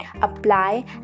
apply